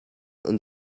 and